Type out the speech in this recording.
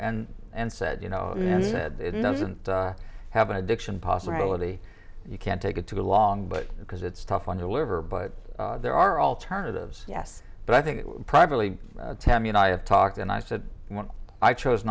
and and said you know it doesn't have an addiction possibility you can't take it too long but because it's tough on your liver but there are alternatives yes but i think privately tammy and i have talked and i said when i chose